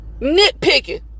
Nitpicking